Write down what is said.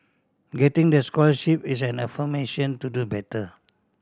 getting the scholarship is an affirmation to do better